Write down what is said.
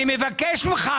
אני מבקש ממך,